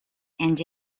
and